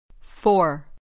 Four